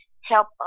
help